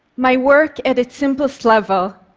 my work, at its simplest level,